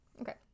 okay